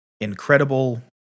incredible